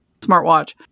smartwatch